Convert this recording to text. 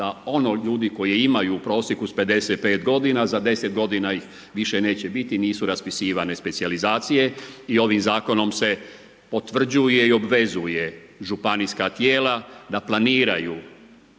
da ono ljudi koji imaju u prosjeku s 55 g. za 10 g. ih više neće biti nisu raspisivanje specijalizacije i ovim zakonom se potvrđuje i obvezuje županijska tijela, da planiraju